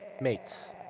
Mates